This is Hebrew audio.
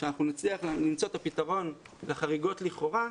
שאנחנו נצליח למצוא את הפתרון לחריגות לכאורה.